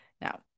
Now